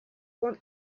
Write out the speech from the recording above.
want